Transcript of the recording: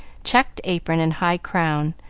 checked apron, and high crown,